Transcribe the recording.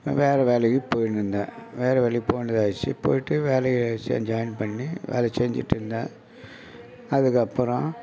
நான் வேறு வேலைக்கு போயினிருந்தேன் வேறு வேலைக்கு போக வேண்டியதாகிருச்சு போய்விட்டு வேலையை செஞ் ஜாய்ன் பண்ணி அதை செஞ்சுகிட்ருந்தேன் அதுக்கப்புறம்